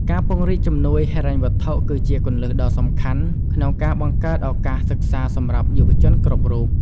ការពង្រីកជំនួយហិរញ្ញវត្ថុ គឺជាគន្លឹះដ៏សំខាន់ក្នុងការបង្កើតឱកាសសិក្សាសម្រាប់យុវជនគ្រប់រូប។